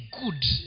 good